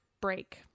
break